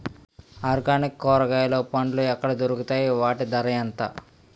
Organic కూరగాయలు పండ్లు ఎక్కడ దొరుకుతాయి? వాటి ధర ఎంత?